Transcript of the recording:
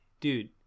dude